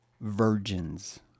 virgins